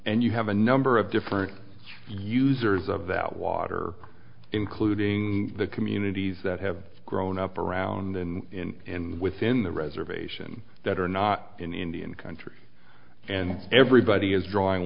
and you have a number of different users of that water including the communities that have grown up around in within the reservation that are not in indian country and everybody is drawing